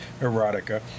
erotica